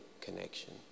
connection